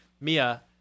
Mia